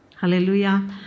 Hallelujah